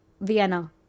Vienna